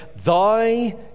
Thy